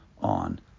on